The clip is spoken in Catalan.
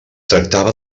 tractava